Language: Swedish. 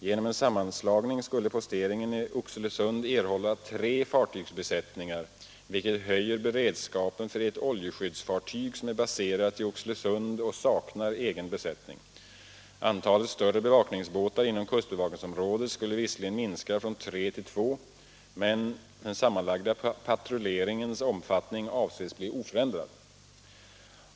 Genom en sammanslagning skulle posteringen i Oxelösund erhålla tre fartygsbesättningar, vilket höjer beredskapen för ett oljeskyddsfartyg som är baserat i Oxelösund och saknar egen besättning. Antalet större bevakningsbåtar inom kustbevakningsområdet skulle visserligen minska från tre till två, men den sammanlagda patrulleringens omfattning avses bli oförändrad.